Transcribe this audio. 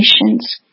nations